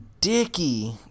dicky